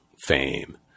fame